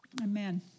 Amen